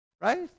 Right